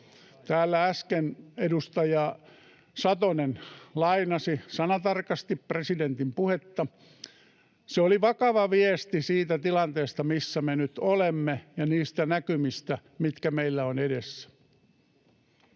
Täällä äsken edustaja Satonen lainasi sanatarkasti presidentin puhetta. Se oli vakava viesti siitä tilanteesta, missä me nyt olemme, ja niistä näkymistä, mitkä meillä ovat edessä.